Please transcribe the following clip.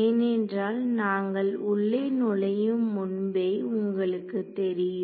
ஏனென்றால் நாங்கள் உள்ளே நுழையும் முன்பே உங்களுக்கு தெரியும்